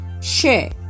share